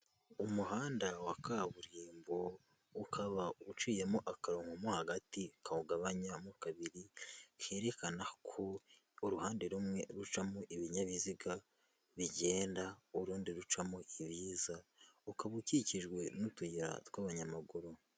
Umuhanda wa kaburimbo ukaba uciyemo a akarongo mo hagati kawugabanyamo kabiri, kerekana ko uruhande rumwe rucamo ibinyabiziga bigenda urundi rucamo ibiza, ukaba ukikijwe n'utuyira tw'abanyamaguru.